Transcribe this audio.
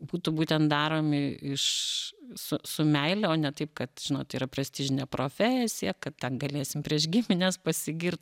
būtų būtent daromi iš su su meile o ne taip kad žinot yra prestižinė profesija kad ten galėsim prieš gimines pasigirt